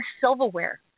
Silverware